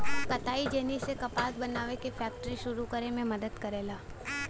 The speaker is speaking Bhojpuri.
कताई जेनी ने कपास बनावे के फैक्ट्री सुरू करे में मदद करला